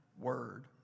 word